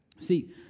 See